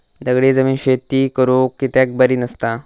दगडी जमीन शेती करुक कित्याक बरी नसता?